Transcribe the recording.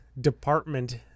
Department